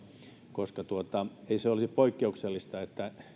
koska ei se olisi poikkeuksellista että